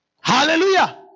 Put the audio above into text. Hallelujah